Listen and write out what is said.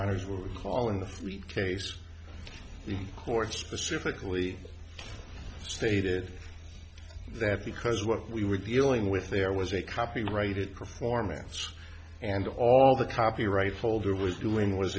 eyes were calling the case the court specifically stated that because what we were dealing with there was a copyrighted performance and all the copyright holder was doing was